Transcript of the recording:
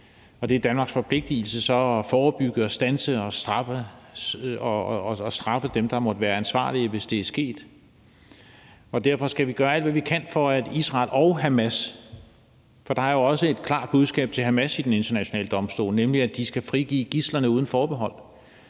Det er Danmarks forpligtigelse så at forebygge og standse og straffe dem, der måtte være ansvarlige, hvis det er sket. Der er jo også et klart budskab til Hamas i den internationale domstol, nemlig at de skal frigive gidslerne uden forbehold.